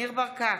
ניר ברקת,